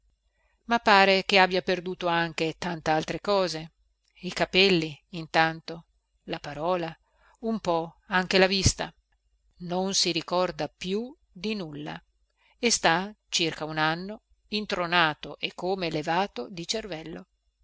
ma pare che abbia perduto anche tantaltre cose i capelli intanto la parola un po anche la vista non si ricorda più di nulla e sta circa un anno intronato e come levato di cervello